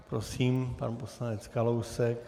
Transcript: Prosím, pan poslanec Kalousek.